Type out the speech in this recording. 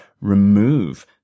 remove